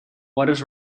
waters